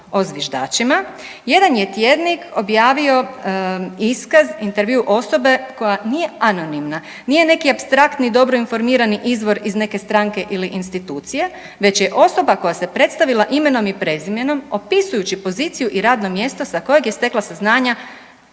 o zviždačima, jedan je tjednik objavio iskaz, intervju osobe koja nije anonimna, nije neki apstraktni dobro informirani izvor iz neke stranke ili institucije, već je osoba koja se predstavila imenom i prezimenom opisujući poziciju i radna mjesta sa kojeg je stekla saznanja